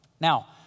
now